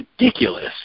ridiculous